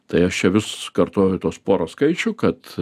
tai aš čia vis kartoju tuos pora skaičių kad